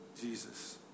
Jesus